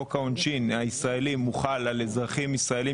חוק העונשין הישראלי מוחל על אזרחים ישראלים